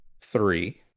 Three